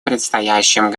предстоящем